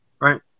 right